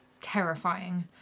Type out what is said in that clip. terrifying